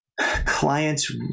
clients